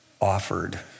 offered